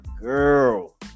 girl